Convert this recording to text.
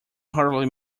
hardly